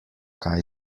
kaj